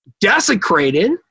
desecrated